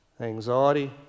anxiety